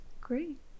great